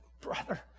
brother